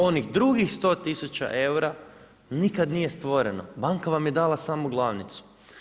Onih drugih 100 tisuća eura nikada nije stvoreno, banka vam je dala samo glavnicu.